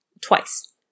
Twice